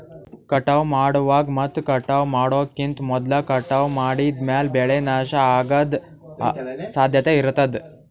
ಕಟಾವ್ ಮಾಡುವಾಗ್ ಮತ್ ಕಟಾವ್ ಮಾಡೋಕಿಂತ್ ಮೊದ್ಲ ಕಟಾವ್ ಮಾಡಿದ್ಮ್ಯಾಲ್ ಬೆಳೆ ನಾಶ ಅಗದ್ ಸಾಧ್ಯತೆ ಇರತಾದ್